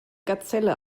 gazelle